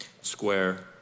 square